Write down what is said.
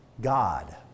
God